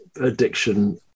addiction